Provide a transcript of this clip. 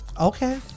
okay